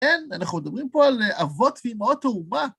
כן, אנחנו מדברים פה על אבות ואימהות האומה.